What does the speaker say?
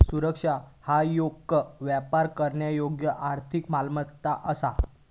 सुरक्षा ह्यो येक व्यापार करण्यायोग्य आर्थिक मालमत्ता असा